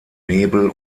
nebel